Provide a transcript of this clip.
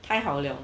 太好了